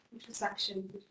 intersection